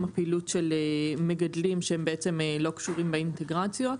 הפעילות של מגדלים שהם בעצם לא קשורים באינטגרציות,